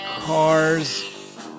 cars